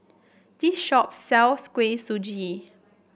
this shop sells Kuih Suji